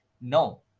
No